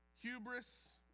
hubris